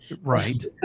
Right